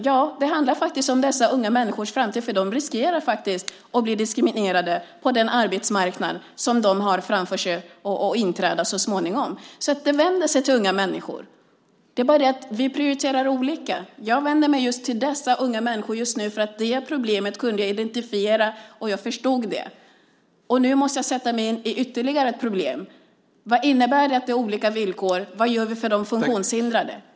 Ja, det handlar om dessa unga människors framtid, för de riskerar faktiskt att bli diskriminerade på den arbetsmarknad som de ska träda in på så småningom. Det här vänder sig till unga människor. Det är bara det att vi prioriterar olika. Jag vänder mig till dessa unga människor just nu, därför att det problemet kunde jag identifiera och förstå. Nu måste jag sätta mig in i ytterligare ett problem: Vad innebär det att vi har olika villkor? Vad gör vi för de funktionshindrade?